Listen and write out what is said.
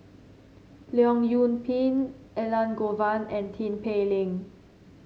Leong Yoon Pin Elangovan and Tin Pei Ling